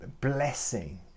blessing